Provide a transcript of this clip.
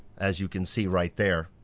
as you can see right there,